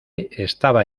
estaba